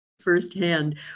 firsthand